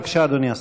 בבקשה, אדוני השר.